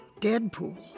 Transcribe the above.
Deadpool